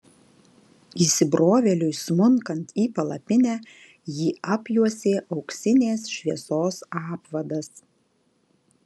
įsibrovėliui smunkant į palapinę jį apjuosė auksinės šviesos apvadas